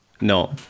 No